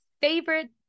favorite